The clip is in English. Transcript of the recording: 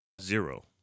Zero